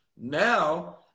Now